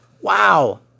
Wow